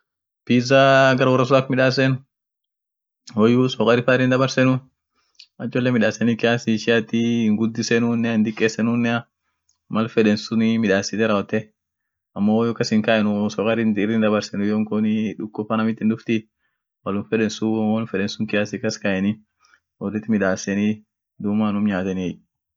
Supu sun ak midaasen supu midaaseni rawotenii, dumii won biri fa itguurenie won ak Pili Pilia fa ndimuafa itbubuseni akasiin lila miotii amo silaate midaaseni mal Raawoteni iticheni hoodiseni wom feden sun duum mal ndimuaf pili pili kas kaeni soodiinen marsuur miot duum silate won sadeen sun idaren pili pilia ndimua iyoo sood,